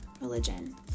religion